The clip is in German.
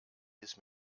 ist